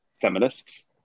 feminists